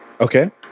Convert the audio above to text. Okay